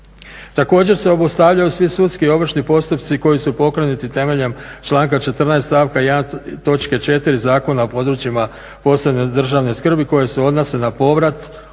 Također se obustavljaju svi sudski ovršni postupci koji su pokrenuti temeljem članka 14., stavka 1, točke 4 Zakona o područjima posebne državne skrbi koji se odnose na povrat uloženih